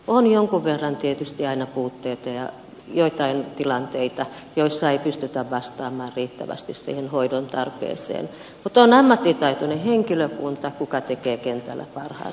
on jonkun verran tietysti aina puutteita ja joitain tilanteita joissa ei pystytä vastaamaan riittävästi siihen hoidon tarpeeseen mutta meillä on ammattitaitoinen henkilökunta joka tekee kentällä parhaansa